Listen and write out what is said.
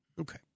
Okay